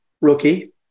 rookie